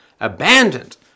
abandoned